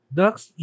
ducks